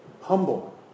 humble